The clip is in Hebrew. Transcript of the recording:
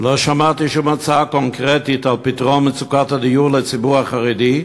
ולא שמעתי שום הצעה קונקרטית לפתרון מצוקת הדיור לציבור החרדי,